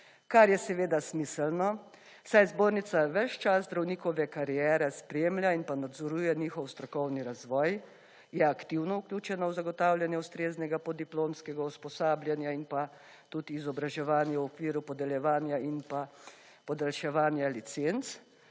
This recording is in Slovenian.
kar je seveda smiselno, saj zbornica ves čas zdravnikove kariere spremlja in pa nadzoruje njihov strokovni razvoj, je aktivno vključena v zagotavljanje ustreznega podiplomskega usposabljanja in pa tudi izobraževanje v okviru podeljevanja in podaljševanja licenc,